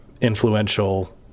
influential